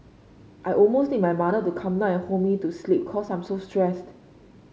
I almost need my mother to come now and hold me to sleep cause I'm so stressed